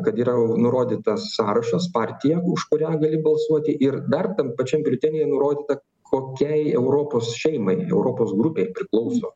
kad yra nurodytas sąrašas partija už kurią gali balsuoti ir dar tam pačiam biuletenyje nurodyta kokiai europos šeimai europos grupei priklauso